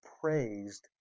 praised